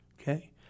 okay